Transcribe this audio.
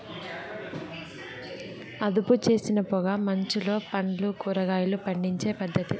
అదుపుచేసిన పొగ మంచులో పండ్లు, కూరగాయలు పండించే పద్ధతి